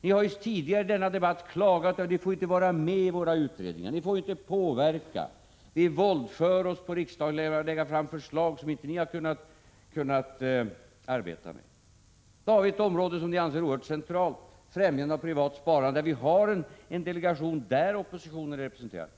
Ni har ju tidigare i denna debatt klagat över att ni inte får vara med i utredningar, inte får påverka, och att vi våldför oss på riksdagen genom att lägga fram förslag som ni inte har kunnat arbeta med. Här har vi ett område som vi anser är oerhört centralt, nämligen främjandet av privat sparande, där vi har en delegation där oppositionen är representerad.